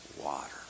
water